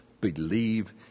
believe